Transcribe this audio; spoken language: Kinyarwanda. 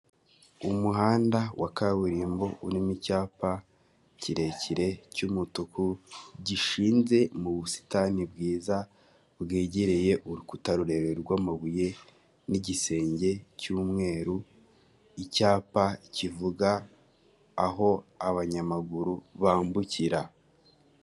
Akarango ka emutiyeni emutiyeni kanditseho imibare umuntu ashobora kwifashisha yishyura umucuruzi igihe aguze imyenda, hano hari imyenda myinshi itandukanye y'amapantaro yab'abagabo nawe ushobora kuza ukigurira ipantaro ubundi ukishyura ukoresheje terefone.